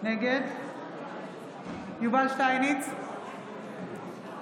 נגד יובל שטייניץ,